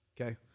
okay